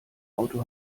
auto